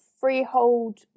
freehold